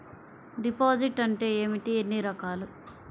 Deposit అంటే ఏమిటీ ఎన్ని రకాలు?